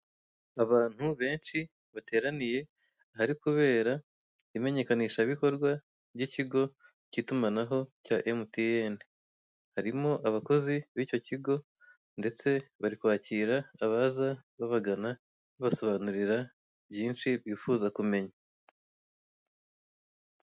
Abantu benshi bateraniye ahari kubera imenyekanishabikorwa ry'ikigo cy'itumanaho cya MTN, harimo abakozi b'icyo kigo ndetse bari kwakira abaza babagana babasobanurira byinshi bifuza kumenya.